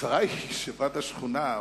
הצרה היא שוועד השכונה,